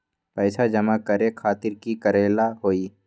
पैसा जमा करे खातीर की करेला होई?